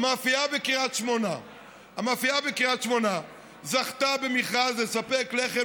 המאפייה בקריית שמונה זכתה במכרז לספק לחם